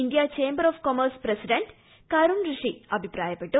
India chamber of commerce president Karun Rishi അഭിപ്രായപ്പെട്ടു